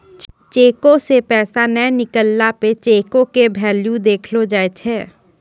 चेको से पैसा नै निकलला पे चेको के भेल्यू देखलो जाय छै